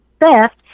theft